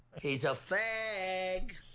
he's a fag